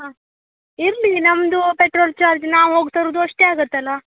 ಹಾಂ ಇರಲಿ ನಮ್ಮದು ಪೆಟ್ರೋಲ್ ಚಾರ್ಜ್ ನಾವು ಹೋಗಿ ತರೋದು ಅಷ್ಟೇ ಆಗುತ್ತಲ್ಲ